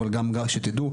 אבל שתדעו,